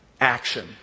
action